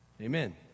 amen